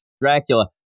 Dracula